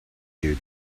you